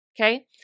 Okay